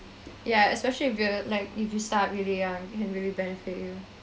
yeah especially if you like if you start really young it can really benefit you